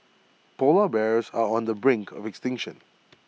Polar Bears are on the brink of extinction